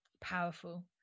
powerful